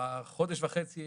בחודש וחצי,